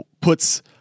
puts